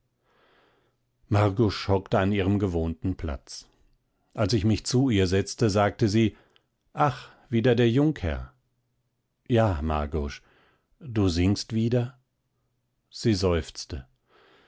margusch hockte an ihrem gewohnten platz als ich mich zu ihr setzte sagte sie ach wieder der jungherr ja margusch du singst wieder sie seufzte